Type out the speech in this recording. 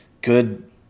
good